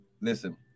listen